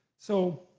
so,